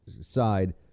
side